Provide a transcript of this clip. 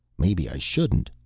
maybe i shouldn't,